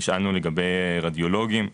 נשאלנו לגבי רדיולוגים.